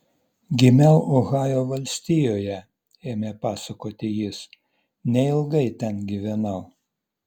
gimiau ohajo valstijoje ėmė pasakoti jis neilgai ten gyvenau